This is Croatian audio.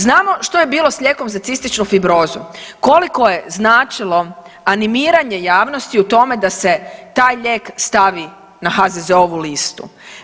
Znamo što je bilo sa lijekom za cističnu fibrozu koliko je značilo animiranje javnosti u tome da se taj lijek stavi na HZZO-vu listu.